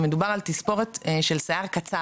והוא כותב לסטודנטים על "המס הוורוד".